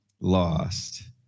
lost